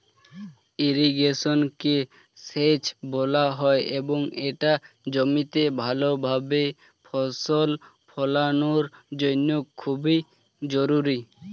ইরিগেশনকে সেচ বলা হয় এবং এটা জমিতে ভালোভাবে ফসল ফলানোর জন্য খুবই জরুরি